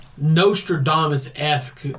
Nostradamus-esque